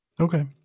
Okay